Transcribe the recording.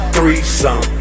Threesome